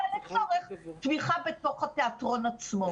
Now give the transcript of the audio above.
אלא לצורך תמיכה בתוך התיאטרון עצמו.